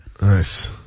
Nice